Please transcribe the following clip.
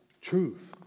truth